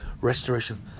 restoration